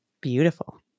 Beautiful